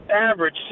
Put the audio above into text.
average